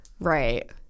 Right